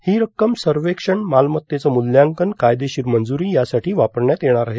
ही रक्कम सर्व्हेक्षण मालमत्तेचे मूल्यांकन कायदेशीर मंजुरी यासाठी वापरण्यात येणार आहे